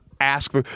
ask